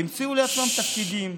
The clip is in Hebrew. המציאו לעצמם תפקידים,